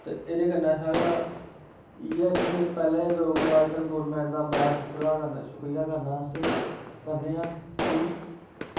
ते एह्दे कन्नै साढ़ा इयै कि पैह्ले लोग अजकल्ल गौरमेंट दा बड़ा शुक्रिया करना अस करने आं कि